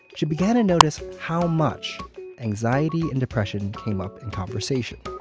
she began to notice how much anxiety and depression came up in conversation.